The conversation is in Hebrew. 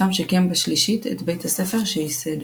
שם שיקם בשלישית את בית הספר שייסד.